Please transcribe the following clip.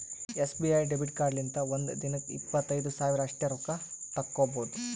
SBI debit ಕಾರ್ಡ್ಲಿಂತ ಒಂದ್ ದಿನಕ್ಕ ಇಪ್ಪತ್ತೈದು ಸಾವಿರ ಅಷ್ಟೇ ರೊಕ್ಕಾ ತಕ್ಕೊಭೌದು